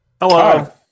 hello